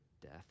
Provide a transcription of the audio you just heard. death